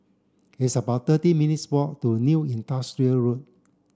it's about thirty minutes' walk to New Industrial Road